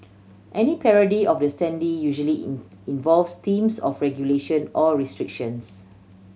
any parody of the standee usually in involves themes of regulation or restrictions